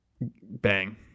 Bang